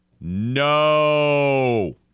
No